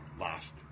Last